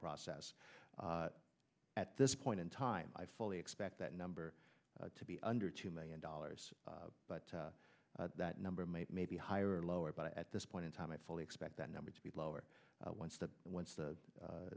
process at this point in time i fully expect that number to be under two million dollars but that number may be higher or lower but at this point in time i fully expect that number to be lower once the once the